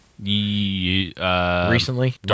Recently